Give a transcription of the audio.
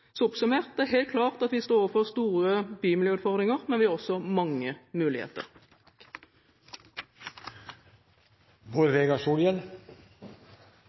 Så oppsummert: Det er helt klart at vi står overfor store bymiljøutfordringer, men vi har også mange